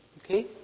Okay